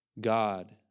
God